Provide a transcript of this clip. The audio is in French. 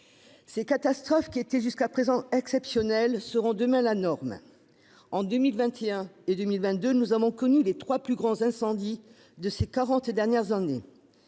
Ces catastrophes, qui étaient jusqu'à présent exceptionnelles, seront demain la norme. En 2021 et 2022, nous avons connu les trois plus grands incendies de ces quarante dernières années